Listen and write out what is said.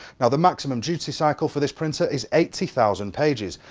and the maximum duty cycle for this printer is eighty thousand pages,